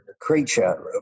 creature